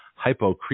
hypocretin